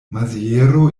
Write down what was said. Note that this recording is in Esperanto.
maziero